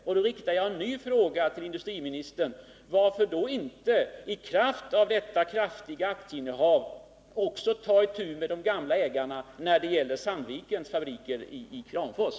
Därför riktar jag en ny fråga till industriministern: Varför inte i kraft av detta stora aktieinnehav också ta itu med de gamla ägarna när det gäller fortsatt drift vid Sandvikens fabriker i Kramfors?